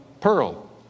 pearl